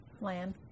Land